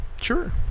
Sure